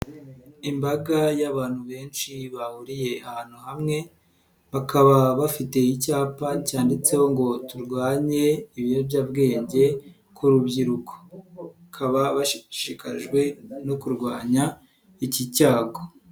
Imbaga y'abantu benshi bahuriye ahantu hamwe bakaba bafite icyapa cyanditseho ngo turwanye ibiyobyabwenge ku rubyiruko bakaba bashishikajwe no kurwanya iki cyago.